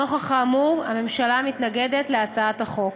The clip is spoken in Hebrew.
נוכח האמור, הממשלה מתנגדת להצעת החוק.